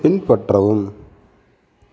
பின்பற்றவும்